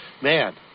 man